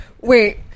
Wait